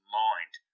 mind